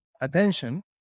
attention